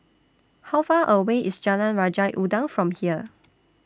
How Far away IS Jalan Raja Udang from here